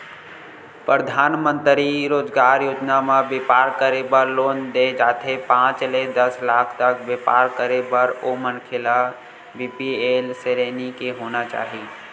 परधानमंतरी रोजगार योजना म बेपार करे बर लोन दे जाथे पांच ले दस लाख तक बेपार करे बर ओ मनखे ल बीपीएल सरेनी के होना चाही